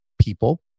people